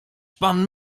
pan